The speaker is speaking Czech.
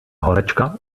horečka